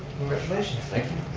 congratulations. thank